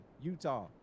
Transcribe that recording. Utah